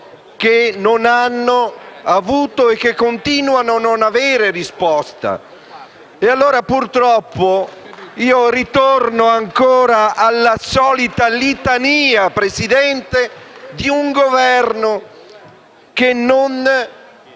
che non hanno avuto e continuano a non avere risposta. E allora, purtroppo, ritorno ancora alla solita litania, signor Presidente, di un Governo che non